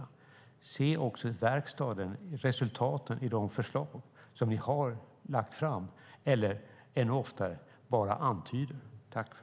Vi måste också i verkstaden se resultaten av de förslag som ni har lagt fram eller ännu oftare bara antyder.